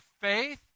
faith